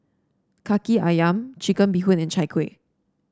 kaki ayam Chicken Bee Hoon and Chai Kueh